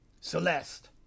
Celeste